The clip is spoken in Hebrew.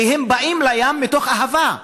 הם באים לים מתוך אהבה.